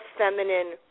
feminine